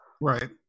right